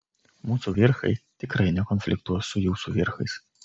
mūsų vierchai tikrai nekonfliktuos su jūsų vierchais